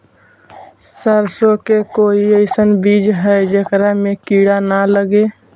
सरसों के कोई एइसन बिज है जेकरा में किड़ा न लगे?